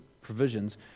provisions